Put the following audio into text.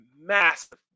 massive